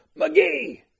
McGee